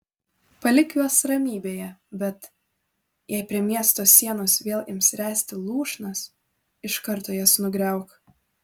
palik juos ramybėje bet jei prie miesto sienos vėl ims ręsti lūšnas iš karto jas nugriauk